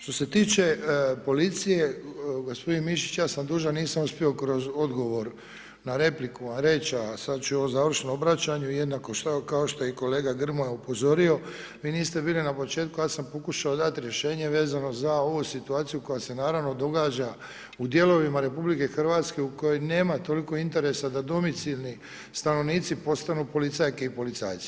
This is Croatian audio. Što se tiče policije, gospodin Mišić, ja sam vam dužan, nisam uspio kroz odgovor na repliku vam reći a sad ću u ovom završnom obraćanju jednako kao što je i kolega Grmoja upozorio, vi niste bili na početku, ja sam pokušao dati rješenje vezano za ovu situaciju koja se naravno događa u dijelovima RH u kojoj nema toliko interesa da domicilni stanovnici postanu policajke i policajci.